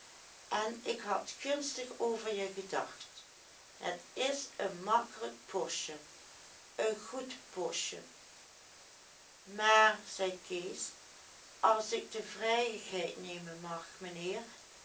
en ik had gunstig over je gedacht het is een makkelijk postje een goed postje maar zei kees as ik de vrijïgheid nemen mag menheer